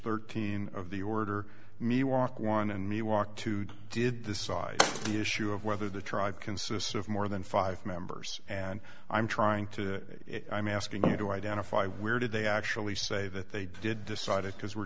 thirteen of the order me walk one and me walk two did this side the issue of whether the tribe consists of more than five members and i'm trying to i'm asking them to identify where did they actually say that they did decide it because we're